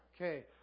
Okay